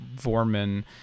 Vormann